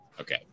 Okay